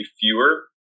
fewer